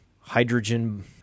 hydrogen